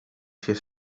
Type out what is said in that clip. się